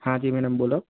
હાં જી મેડમ બોલો